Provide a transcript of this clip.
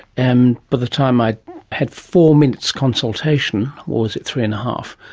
and by the time i had four minutes consultation or was it three and a half?